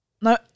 No